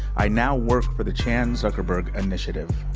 i now work for the chan zuckerberg initiative.